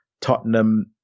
Tottenham